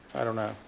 i don't know.